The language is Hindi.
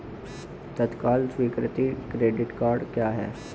तत्काल स्वीकृति क्रेडिट कार्डस क्या हैं?